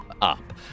Up